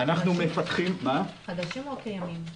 קבלנים חדשים או קיימים?